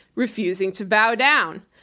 refusing to bow down.